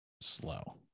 slow